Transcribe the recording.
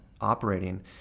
operating